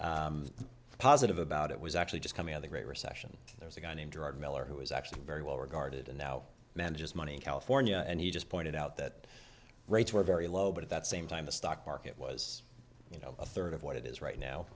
very positive about it was actually just coming out the great recession there was a guy named gerard miller who was actually very well regarded and now manages money california and he just pointed out that rates were very low but at that same time the stock market was you know a third of what it is right now